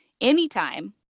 anytime